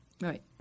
Right